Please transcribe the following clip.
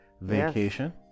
vacation